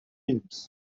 films